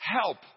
help